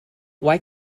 why